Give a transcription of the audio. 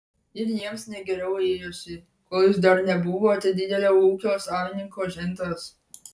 ir jiems ne geriau ėjosi kol jūs dar nebuvote didelio ūkio savininko žentas